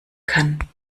kann